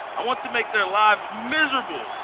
i want to make their lives miserable.